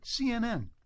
cnn